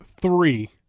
three